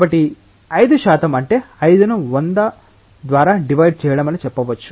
కాబట్టి 5 శాతం అంటే 5 ను 100 ద్వారా డివైడ్ చేయడం అని చెప్పవచ్చు